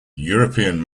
european